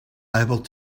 able